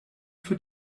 für